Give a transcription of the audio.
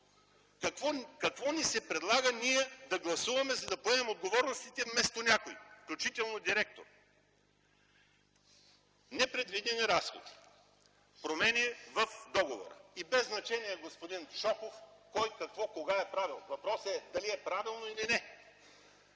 Какво ни се предлага? Ние да гласуваме, за да поемем отговорностите вместо някой, включително директор – непредвидени разходи, промени в договора. И без значение, господин Шопов, кой, какво, кога е правил? Въпросът е: дали е правилно или – не.